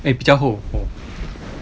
eh 比较厚厚